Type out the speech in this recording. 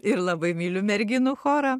ir labai myliu merginų chorą